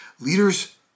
Leaders